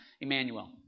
Emmanuel